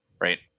right